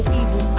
evil